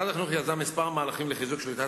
משרד החינוך יזם כמה מהלכים לחיזוק שליטת